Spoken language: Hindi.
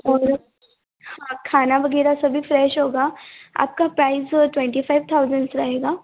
और खाना वगैरह सब ही फ्रेश होगा आपका प्राइस है ट्वेंटी फाइव थाउजेंड्स रहेगा